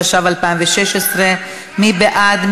התשע"ו 2016. מי בעד?